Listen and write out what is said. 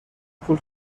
پول